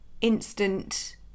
instant